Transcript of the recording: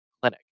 clinic